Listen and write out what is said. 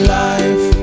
life